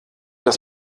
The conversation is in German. das